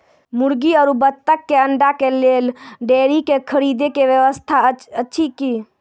मुर्गी आरु बत्तक के अंडा के लेल डेयरी के खरीदे के व्यवस्था अछि कि?